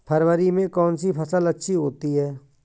फरवरी में कौन सी फ़सल अच्छी होती है?